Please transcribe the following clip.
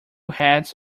heads